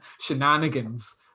shenanigans